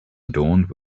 adorned